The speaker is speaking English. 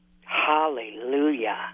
hallelujah